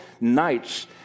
nights